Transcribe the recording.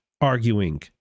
arguing